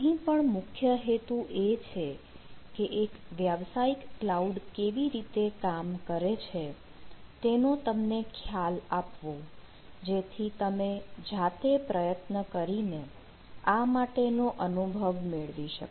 અહીં પણ મુખ્ય હેતુ એ છે કે એક વ્યાવસાયિક કલાઉડ કેવી રીતે કામ કરે છે તેનો તમને ખ્યાલ આપવો જેથી તમે જાતે પ્રયત્ન કરીને આ માટેનો અનુભવ મેળવી શકો